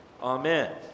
Amen